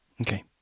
Okay